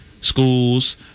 schools